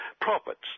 profits